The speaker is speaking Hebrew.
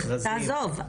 מכרזים --- תעזוב,